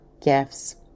gifts